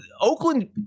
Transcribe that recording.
Oakland